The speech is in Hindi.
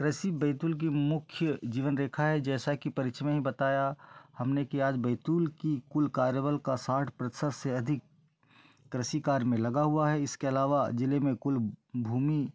कृषि बैतूल की मुख्य जीवन रेखा है जैसा कि परिचय में ही बताया हमने की आज बैतूल की कुल कार्यबल का साठ प्रतिशत से अधिक कृषि कार्य में लगा हुआ है इसके अलावा जिले में कुल भूमि